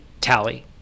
tally